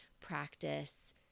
practice